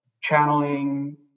channeling